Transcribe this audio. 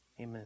Amen